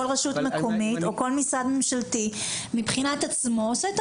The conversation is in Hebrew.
רשות מקומית או כל משרד ממשלתי מבחינת עצמו עושה את